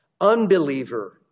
unbeliever